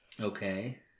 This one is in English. Okay